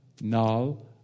Null